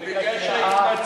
הוא ביקש סליחה.